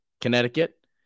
Connecticut